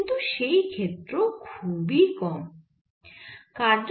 কিন্তু সেই ক্ষেত্র খুবই কম হয়